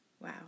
Wow